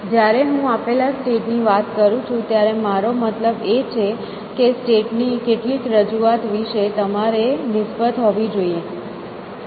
જ્યારે હું આપેલા સ્ટેટ ની વાત કરું છું ત્યારે મારો મતલબ એ છે કે સ્ટેટ ની કેટલીક રજૂઆત વિશે તમારે નિસ્બત હોવી જોઈએ